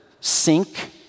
sink